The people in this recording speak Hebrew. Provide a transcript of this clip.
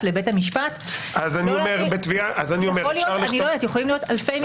לבית המשפט --- יכולים להיות אלפי מקרים.